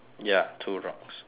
ya two rocks